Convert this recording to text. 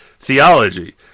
theology